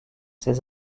ses